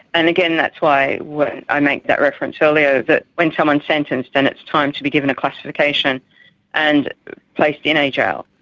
and again, that's why why i made that reference earlier, that when someone is sentenced and it's time to be given a classification and placed in a jail,